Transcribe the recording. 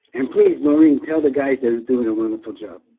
and please nori until the guys that are doing a wonderful job.